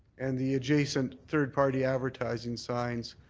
and the adjacent third party advertising signs.